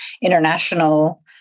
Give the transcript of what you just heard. international